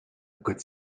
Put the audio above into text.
good